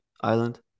island